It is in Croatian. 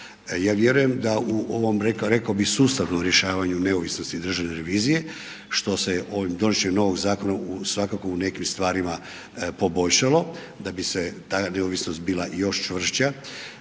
Ja vjerujem da u ovom rekao bih sustavnom rješavanju neovisnosti državne revizije što se ovim donošenjem novog zakona svakako u nekim stvarima poboljšalo, da bi se ta neovisnost bila još čvršća,